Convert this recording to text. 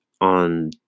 on